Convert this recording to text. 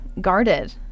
guarded